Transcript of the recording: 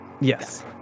Yes